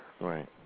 Right